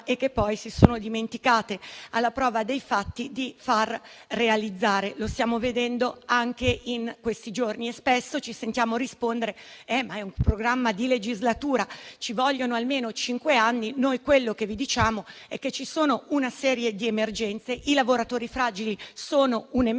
e che poi si sono dimenticate alla prova dei fatti di realizzare, come stiamo vedendo anche in questi giorni. Spesso ci sentiamo rispondere che è un programma di legislatura, per cui sono necessari almeno cinque anni. Quello che noi vi diciamo è che c'è una serie di emergenze e i lavoratori fragili sono un'emergenza.